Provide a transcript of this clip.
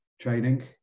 training